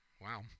Wow